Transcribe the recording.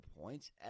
points